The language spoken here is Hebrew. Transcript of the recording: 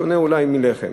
בשונה אולי מלחם.